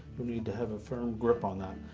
you'll need to have a firm grip on that.